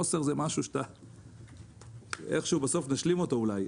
חוסר זה משהו שבסוף תשלים אותו אולי.